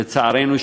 לצערנו,